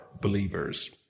believers